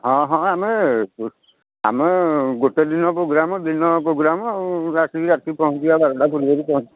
ହଁ ହଁ ଆମେ ଆମେ ଗୋଟେଦିନ ପ୍ରୋଗ୍ରାମ୍ ଦିନ ପ୍ରୋଗ୍ରାମ୍ ରାତିକି ଆସିକି ପହଞ୍ଚିବା ବାରଟା ପୂର୍ବରୁ ପହଞ୍ଚି